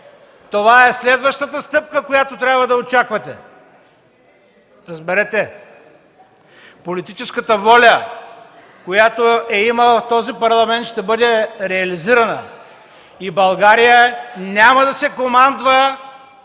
Това е следващата стъпка, която трябва да очаквате. Разберете: политическата воля, която има този Парламент, ще бъде реализирана и България няма да се командва